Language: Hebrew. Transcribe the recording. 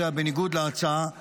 זה היה בניגוד להצעה הראשונית.